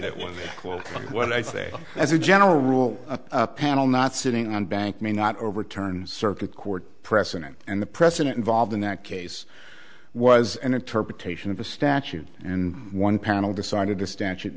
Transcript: that was what i say as a general rule a panel not sitting on bank may not overturn circuit court precedent and the precedent involved in that case was an interpretation of the statute and one panel decided to stan